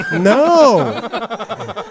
No